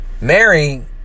Mary